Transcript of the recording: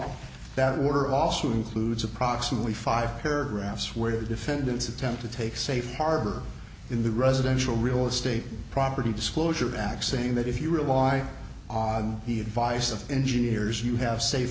that were also includes approximately five paragraphs where defendants attempt to take safe harbor in the residential real estate property disclosure act saying that if you rely on he had vice of engineers you have safe